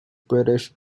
british